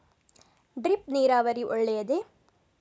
Drip ನೀರಾವರಿ ಒಳ್ಳೆಯದೇ?